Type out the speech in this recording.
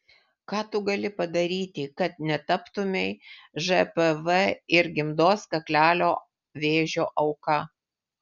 ką tu gali padaryti kad netaptumei žpv ir gimdos kaklelio vėžio auka